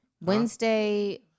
Wednesday